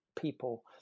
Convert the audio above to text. people